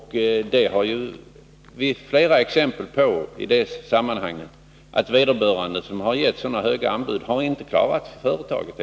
Vi har flera exempel på att de som givit höga anbud helt enkelt inte har klarat företaget.